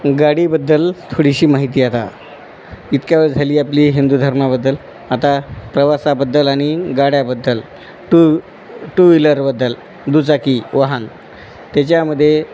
गाडीबद्दल थोडीशी माहिती आता इतक्या वेळ झाली आपली हिंदू धर्माबद्दल आता प्रवासाबद्दल आणि गाड्याबद्दल टू टू व्हिलर बद्दल दुचाकी वाहन त्याच्यामध्ये